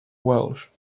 welsh